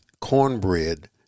Cornbread